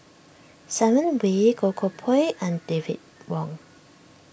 Simon Wee Goh Koh Pui and David Wong